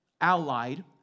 Allied